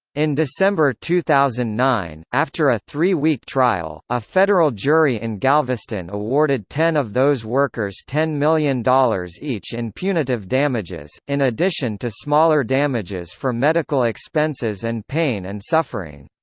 in december two thousand and nine, after a three-week trial, a federal jury in galveston awarded ten of those workers ten million dollars each in punitive damages, in addition to smaller damages for medical expenses and pain and suffering.